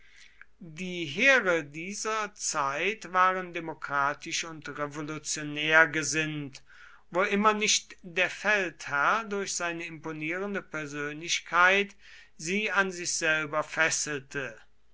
die heere dieser zeit waren demokratisch und revolutionär gesinnt wo immer nicht der feldherr durch seine imponierende persönlichkeit sie an sich selber fesselte